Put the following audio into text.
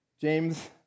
James